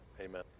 Amen